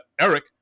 Eric